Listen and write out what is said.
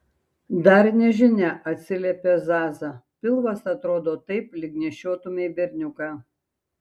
dar nežinia atsiliepė zaza pilvas atrodo taip lyg nešiotumei berniuką